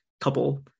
couple